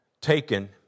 taken